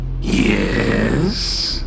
yes